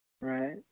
Right